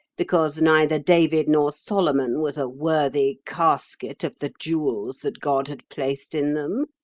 because neither david nor solomon was a worthy casket of the jewels that god had placed in them?